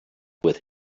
with